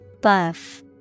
Buff